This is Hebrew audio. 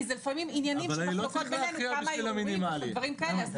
כי לפעמים זה עניינים של מחלוקות בינינו כמה ערעורים ודברים כאלה.